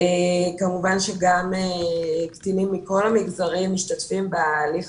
כמובן שקטינים מכל המגזרים משתתפים בהליך